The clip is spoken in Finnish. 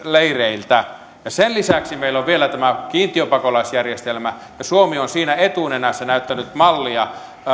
leireiltä sen lisäksi meillä on vielä tämä kiintiöpakolaisjärjestelmä ja suomi on siinä etunenässä näyttänyt mallia